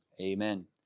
Amen